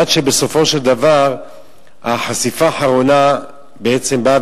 עד שבסופו של דבר החשיפה האחרונה בעצם באה